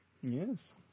Yes